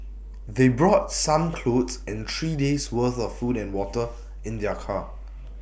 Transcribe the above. they brought some clothes and three days worth of food and water in their car